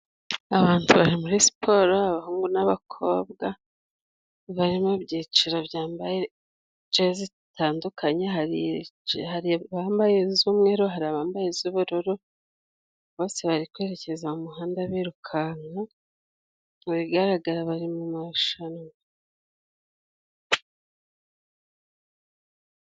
Abantu bari muri siporo，abahungu n'abakobwa barimo ibyiciro byambaye jezi zitandukanye，bambaye i z'umweru， hari abambaye z'ubururu bose bari kwerekeza mu muhanda， birukanka mu bigaragara bari mu marushanwa.